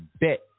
bet